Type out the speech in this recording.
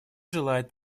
желает